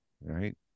right